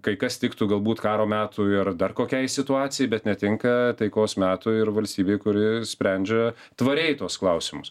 kai kas tiktų galbūt karo metui ar dar kokiai situacijai bet netinka taikos metui ir valstybei kuri sprendžia tvariai tuos klausimus